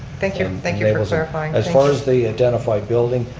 thank you, um thank you for clarifying. as far as the identified building,